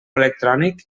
electrònic